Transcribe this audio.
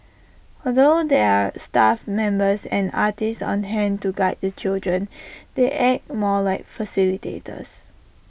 although there are staff members and artists on hand to guide the children they act more as facilitators